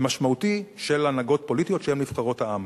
משמעותי של הנהגות פוליטיות שהן נבחרות העם.